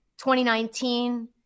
2019